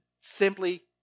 simply